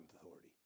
authority